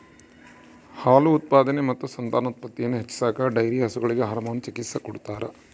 ಹಾಲು ಉತ್ಪಾದನೆ ಮತ್ತು ಸಂತಾನೋತ್ಪತ್ತಿಯನ್ನು ಹೆಚ್ಚಿಸಾಕ ಡೈರಿ ಹಸುಗಳಿಗೆ ಹಾರ್ಮೋನ್ ಚಿಕಿತ್ಸ ಕೊಡ್ತಾರ